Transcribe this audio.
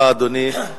אדוני,